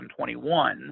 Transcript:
2021